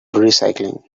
recycling